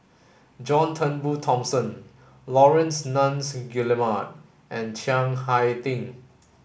John Turnbull Thomson Laurence Nunns Guillemard and Chiang Hai Ding